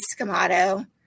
Scamato